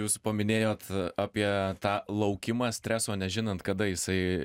jūs paminėjot apie tą laukimą streso nežinant kada jisai